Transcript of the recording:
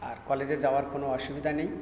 আর কলেজে যাওয়ার কোনো অসুবিদা নেই